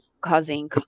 causing